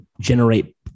generate